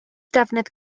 defnydd